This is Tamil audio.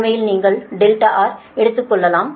உண்மையில் நீங்கள் Rஎடுத்துக்கொள்ளலாம்